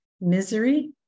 Misery